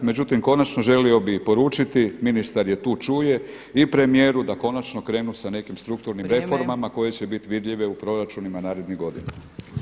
Međutim konačno želio bi i poručiti, ministar je tu čuje, i premijeru da konačno krenu sa nekim strukturnim reformama koje će biti vidljive u proračunima narednih godina.